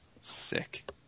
Sick